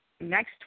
next